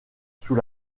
sous